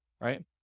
right